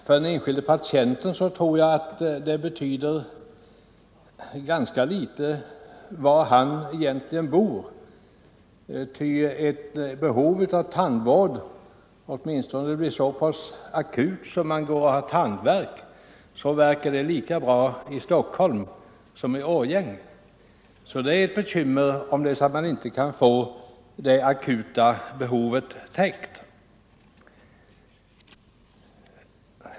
För den enskilde patienten är det också ganska ovidkommande var han är bosatt, när han har behov av vård, åtminstone om han har tandvärk — tänderna värker lika mycket oavsett om man bor i Stockholm eller i Årjäng. Patientens bekymmer gäller i båda fallen att få det akuta vårdbehovet täckt.